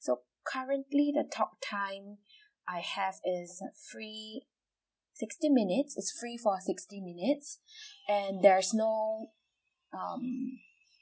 so currently the talk time I have is free sixteen minutes free for sixteen minutes and there's no um